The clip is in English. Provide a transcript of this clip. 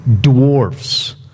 dwarfs